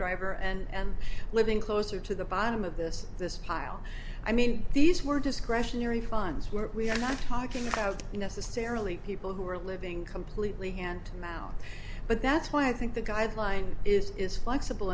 driver and living closer to the bottom of this this pile i mean these were discretionary funds where we are not talking about necessarily people who are living completely and down but that's why i think the guideline is is flexible